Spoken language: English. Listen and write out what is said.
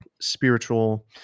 spiritual